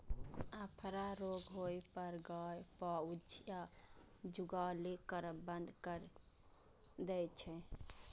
अफरा रोग होइ पर गाय पाउज या जुगाली करब बंद कैर दै छै